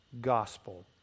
gospel